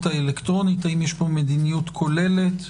האלקטרונית האם יש פה מדיניות כוללת?